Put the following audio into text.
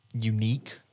unique